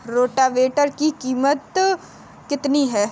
Rotavator की कीमत कितनी है?